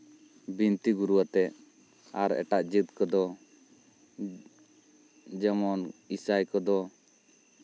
ᱵᱤᱱᱛᱤ ᱜᱩᱨᱩ ᱟᱛᱮᱜ ᱟᱨ ᱮᱴᱟᱜ ᱡᱟᱹᱛ ᱠᱚᱫᱚ ᱡᱮᱢᱚᱱ ᱤᱥᱟᱭ ᱠᱚᱫᱚ